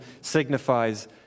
signifies